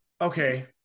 Okay